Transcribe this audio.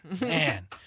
Man